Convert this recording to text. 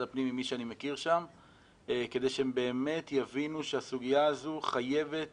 הפנים עם מי שאני מכיר שם כדי שהם באמת יבינו שהסוגיה הזו חייבת